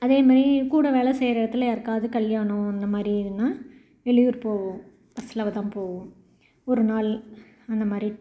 அதேமாதிரி கூட வேலை செய்கிற இடத்துல யாருக்காவது கல்யாணம் அந்தமாதிரி எதுன்னால் வெளியூர் போவோம் பஸ்ஸுலதான் போவோம் ஒரு நாள் அந்தமாதிரி